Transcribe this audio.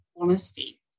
honesty